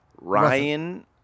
Ryan